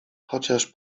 chociaż